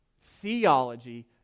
theology